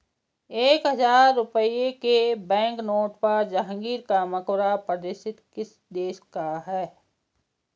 एक हजार रुपये के बैंकनोट पर जहांगीर का मकबरा प्रदर्शित किस देश का है?